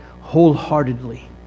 wholeheartedly